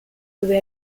dove